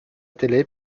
télé